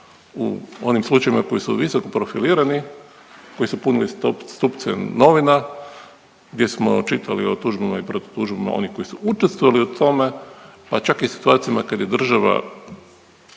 u onim slučajevima koji su visokoprofilirani, koji su prvi stupci novinama gdje smo čitali o tužbama i protutužbama onim koji su učestvovali u tome, pa čak i u situacijama kad je država